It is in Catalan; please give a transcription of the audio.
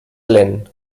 lent